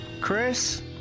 Chris